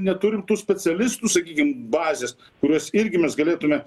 neturim tų specialistų sakykim bazės kuriuos irgi mes galėtume